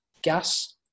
gas